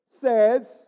says